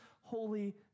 holy